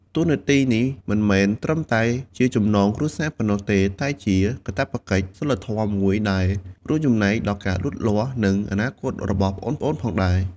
តួនាទីនេះមិនមែនត្រឹមតែជាចំណងគ្រួសារប៉ុណ្ណោះទេ តែជាកាតព្វកិច្ចសីលធម៌មួយដែលរួមចំណែកដល់ការលូតលាស់ និងអនាគតរបស់ប្អូនៗផងដែរ ។